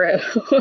true